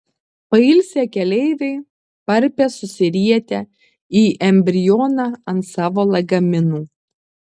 pailsę keleiviai parpia susirietę į embrioną ant savo lagaminų